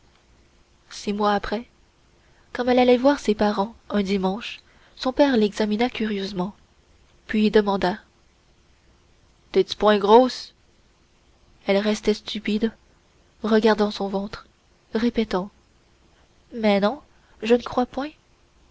six mois après comme elle allait voir ses parents un dimanche son père l'examina curieusement puis demanda tes ti point grosse elle restait stupide regardant son ventre répétant mais non je n'crois point